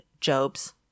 Job's